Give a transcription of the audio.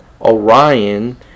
Orion